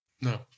No